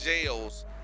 jails